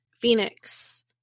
Phoenix